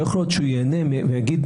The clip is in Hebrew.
לא ייתכן שייהנה ויגיד,